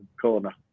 corner